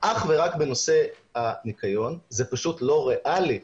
אך ורק בנושא הניקיון, זה פשוט לא ריאלי,